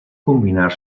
combinar